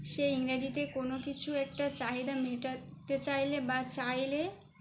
সে ইংরাজিতে কোনো কিছু একটা চাহিদা মেটাতে চাইলে বা চাইলে